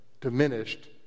diminished